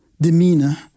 demeanor